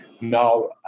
Now